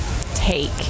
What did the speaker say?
take